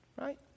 Right